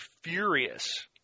furious